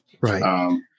Right